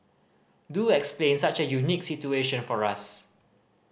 do explain such a unique situation for us